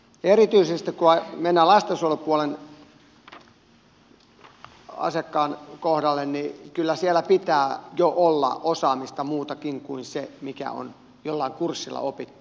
erityisesti kun mennään lastensuojelupuolen asiakkaan kohdalle niin kyllä siellä pitää jo olla muutakin osaamista kuin se mikä on joillain kursseilla opittu